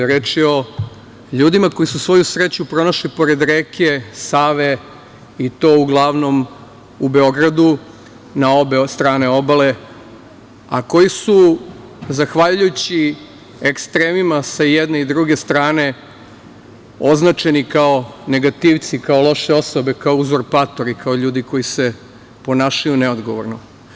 Reč je o ljudima koji su svoju sreću pronašli pored reke Save i to uglavnom u Beogradu na obe strane obale, a koji su zahvaljujući ekstremima sa jedne i druge strane označeni kao negativci, kao loše osobe, kao uzurpatori, kao ljudi koji se ponašaju neodgovorno.